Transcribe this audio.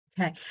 Okay